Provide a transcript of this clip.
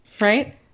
right